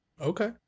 Okay